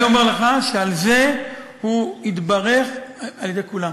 אני אומר לך שעל זה הוא התברך על-ידי כולם.